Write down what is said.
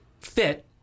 fit